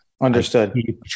understood